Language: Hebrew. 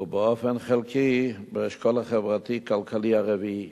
ובאופן חלקי באשכול החברתי-כלכלי הרביעי.